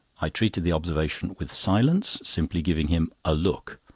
i treated the observation with silence, simply giving him a look,